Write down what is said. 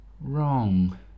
wrong